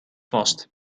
vast